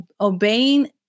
obeying